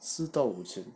四到五千